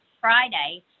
Friday